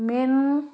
main